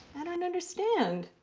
i don't understand.